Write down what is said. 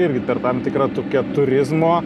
irgi per tam tikrą tokią turizmo